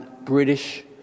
British